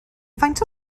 faint